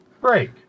break